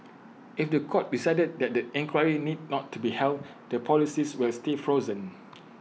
if The Court decided that the inquiry need not be held the policies will stay frozen